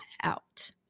out